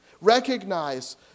Recognize